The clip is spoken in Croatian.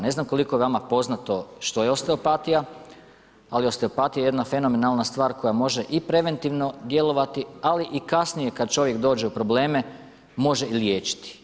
Ne znam koliko je vama poznato što je osteopatija, ali osteopatija je jedna fenomenalne stvar koja može i preventivno djelovati, ali i kasnije kada čovjek dođe u probleme, može i liječiti.